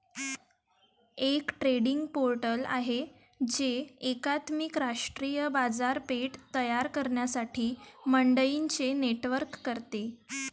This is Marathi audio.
एक ट्रेडिंग पोर्टल आहे जे एकात्मिक राष्ट्रीय बाजारपेठ तयार करण्यासाठी मंडईंचे नेटवर्क करते